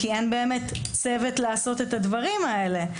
כי אין באמת צוות לעשות את הדברים האלה.